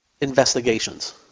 investigations